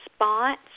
response